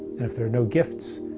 and if there are no gifts,